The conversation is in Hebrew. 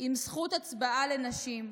עם זכות הצבעה לנשים,